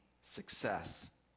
success